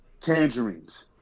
Tangerines